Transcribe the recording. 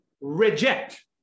reject